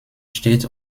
steht